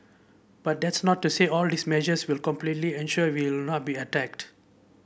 but that's not to say all these measures will completely ensure we will not be attacked